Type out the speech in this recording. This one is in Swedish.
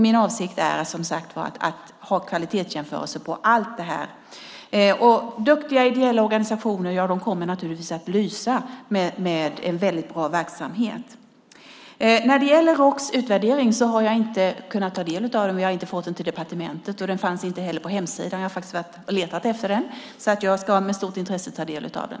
Min avsikt är som sagt att göra kvalitetsjämförelser på all verksamhet. Och duktiga ideella organisationer kommer naturligtvis att lysa med en väldigt bra verksamhet. Roks utvärdering har jag inte kunnat ta del av. Vi har inte fått den till departementet, och den fanns inte heller på hemsidan. Jag har faktiskt letat efter den och ska med stort intresse ta del av den.